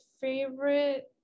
favorite